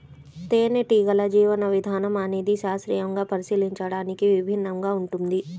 తేనెటీగల జీవన విధానం అనేది శాస్త్రీయంగా పరిశీలించడానికి విభిన్నంగా ఉంటుంది